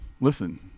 listen